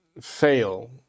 fail